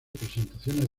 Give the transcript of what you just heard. presentaciones